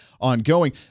ongoing